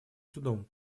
судом